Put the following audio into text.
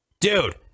Dude